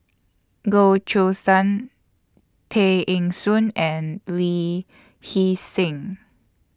Goh Choo San Tay Eng Soon and Lee Hee Seng